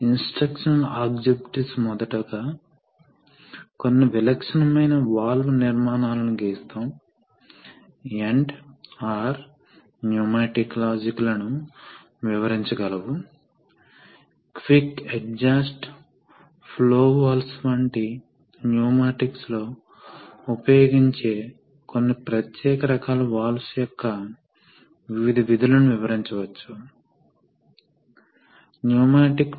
instructional objectives చూడండి ఈ పాఠం తరువాత ఒక విద్యార్థి సాధారణ ఇండస్ట్రియల్ యాక్టీవ్యేషన్ సమస్యలు తెలుసుకోవాలి ఇవి ఇండస్ట్రియల్ సిస్టంస్ విషయం లో సాధారణ సమస్యలు ఎనర్జీ చాలా ఖరీదైనదని మనకు తెలుసు కాబట్టి అనవసరంగా ఎనర్జీ ఖర్చు చేయడానికి ఎప్పుడూ ఇష్టపడము కాబట్టి వివిధ రకాల ఎనర్జీ సేవింగ్ స్కీమ్స్ ఉన్నాయి